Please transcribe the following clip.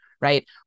right